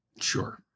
Sure